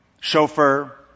chauffeur